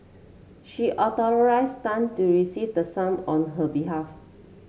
she authorised Tan to receive the sum on her behalf